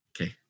Okay